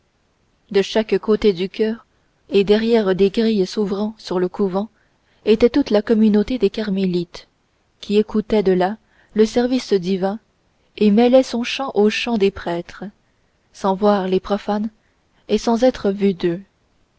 de chaque côté du choeur et derrière des grilles s'ouvrant sur le couvent était toute la communauté des carmélites qui écoutait de là le service divin et mêlait son chant au chant des prêtres sans voir les profanes et sans être vue d'eux